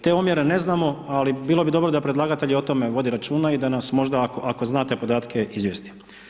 Te omjere ne znamo, ali bilo bi dobro da predlagatelj o tome vodi računa i da nas možda ako zna te podatke, izvjesti.